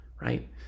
right